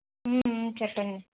చెప్పండి